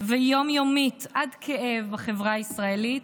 ויום-יומית עד כאב בחברה הישראלית,